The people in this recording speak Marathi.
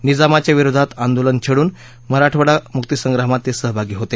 निजामाच्या विरोधात आंदोलन छेडून मराठवाडा मुक्तीसंग्रामात ते सहभागी होते